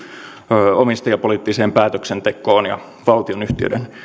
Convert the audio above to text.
omistajapoliittiseen päätöksentekoon ja valtionyhtiöiden